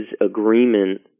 agreement